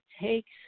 takes